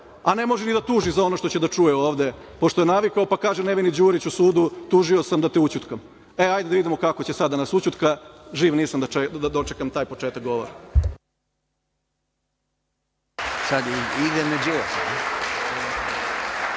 a ne može ni da tuži za ono što će da čuje ovde, pošto je navikao, pa kaže nevini Đurić u sudu – tužio sam da te ućutkam. E hajde da vidimo kako će sada da nas ućutka, živ nisam da dočekam taj početak govora.